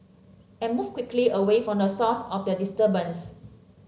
and move quickly away from the source of the disturbance